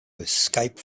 escape